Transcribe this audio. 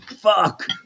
Fuck